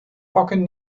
pakken